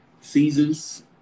seasons